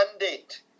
mandate